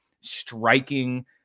striking